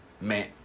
Man